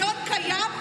השוויון קיים,